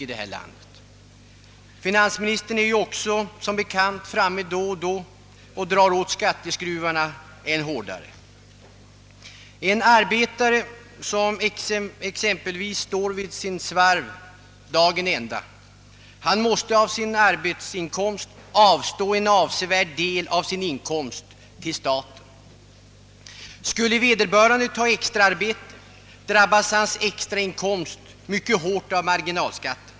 Som bekant drar finansministern åt skatteskruvarna då och då ännu litet hårdare. En arbetare som exempelvis står vid sin svarv dagen i ända måste avstå en avsevärd del av sin arbetsinkomst till staten. Om han sedan tar extraarbete, drabbas hans extrainkomster mycket hårt av marginalskatten.